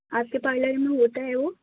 آپ کے پارلر میں ہوتا ہے وہ